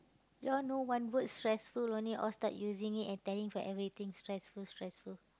you all know one word stressful only all start using it and telling for everything stressful stressful